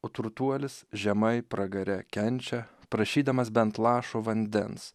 o turtuolis žemai pragare kenčia prašydamas bent lašo vandens